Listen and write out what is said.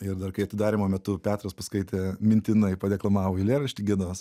ir dar kai atidarymo metu petras paskaitė mintinai padeklamavo eilėraštį gedos